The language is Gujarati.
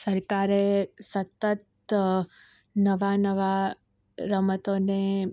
સરકારે સતત નવા નવા રમતોને